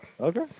Okay